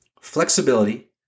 flexibility